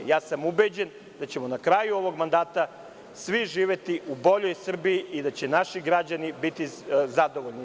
Ubeđen sam da ćemo na kraju ovog mandata svi živeti u boljoj Srbiji i da će naši građani biti zadovoljni.